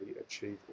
achieved